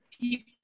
people